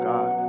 God